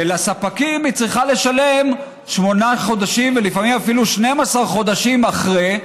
ולספקים היא צריכה לשלם שמונה חודשים ולפעמים אפילו 12 חודשים אחרי,